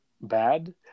bad